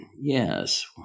yes